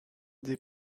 des